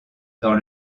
dans